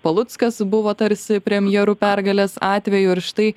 paluckas buvo tarsi premjeru pergalės atveju ir štai